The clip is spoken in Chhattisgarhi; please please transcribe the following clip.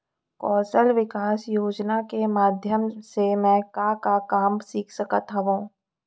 कौशल विकास योजना के माधयम से मैं का का काम सीख सकत हव?